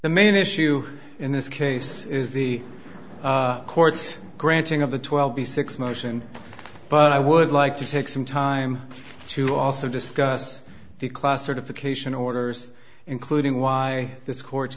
the main issue in this case is the court's granting of the twelve b six motion but i would like to take some time to also discuss the class certification orders including why this court